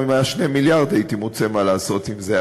גם אם היו 2 מיליארד הייתי מוצא מה לעשות בהם,